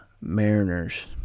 Mariners